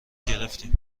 گرفتیم